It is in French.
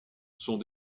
sont